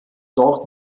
dort